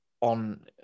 on